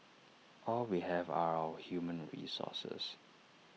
all we have are our human resources